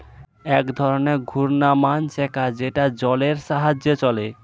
এক ধরনের ঘূর্ণায়মান চাকা যেটা জলের সাহায্যে চলে